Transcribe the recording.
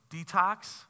detox